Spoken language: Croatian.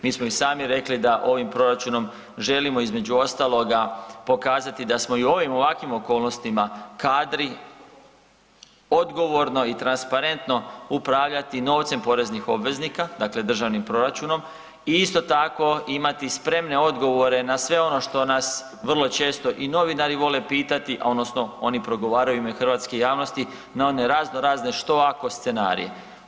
Mi smo i sami rekli da ovim proračunom želimo između ostaloga pokazati da smo i u ovim, ovakvim okolnostima kadri odgovorno i transparentno upravljati novcem poreznih obveznika, dakle državnim proračunom i isto tako imati spremne odgovore na sve ono što nas vrlo često i novinari vole pitati odnosno oni progovaraju u ime hrvatske javnosti na one razno razne što ako scenarije.